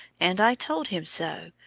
and i told him so,